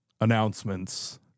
announcements